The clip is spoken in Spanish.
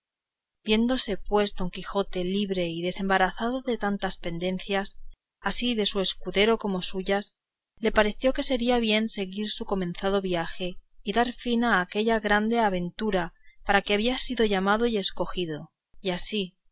viéndose pues don quijote libre y desembarazado de tantas pendencias así de su escudero como suyas le pareció que sería bien seguir su comenzado viaje y dar fin a aquella grande aventura para que había sido llamado y escogido y así